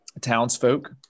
townsfolk